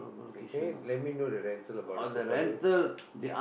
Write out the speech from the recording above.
can can can you let me know the rental about the Toa-Payoh